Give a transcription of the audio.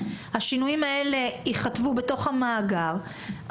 השינויים האלה ייכתבו בתוך המאגר,